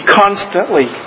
constantly